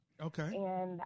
Okay